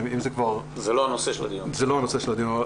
זה לא נושא הדיון.